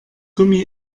gummi